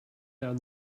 down